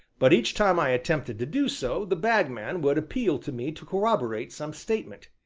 but each time i attempted to do so the bagman would appeal to me to corroborate some statement.